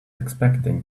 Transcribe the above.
expecting